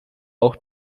auch